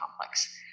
complex